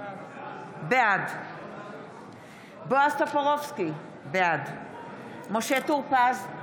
בעד בועז טופורובסקי, בעד משה טור פז,